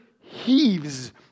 heaves